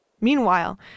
Meanwhile